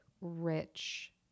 rich